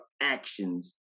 actions